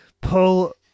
pull